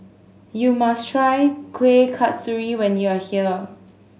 you must try Kueh Kasturi when you are here